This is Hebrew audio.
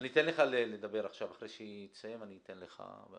כך שלא יודעת מה עוד צריך.